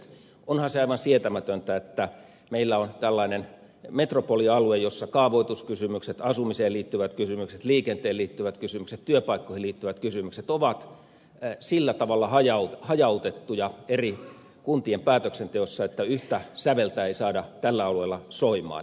onhan se aivan sietämätöntä että meillä on tällainen metropolialue jolla kaavoituskysymykset asumiseen liittyvät kysymykset liikenteeseen liittyvät kysymykset työpaikkoihin liittyvät kysymykset ovat sillä tavalla hajautettuja eri kuntien päätöksenteossa että yhtä säveltä ei saada tällä alueella soimaan